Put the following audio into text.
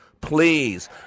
Please